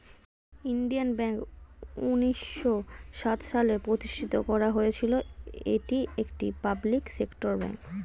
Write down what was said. Indian bank উন্নিশো সাত সালে প্রতিষ্ঠিত করা হয়েছিল, এটি একটি পাবলিক সেক্টর ব্যাঙ্ক